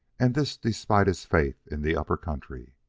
and this despite his faith in the upper country.